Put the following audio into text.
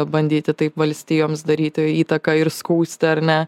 bandyti taip valstijoms daryti įtaką ir skųsti ar ne